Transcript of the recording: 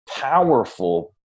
powerful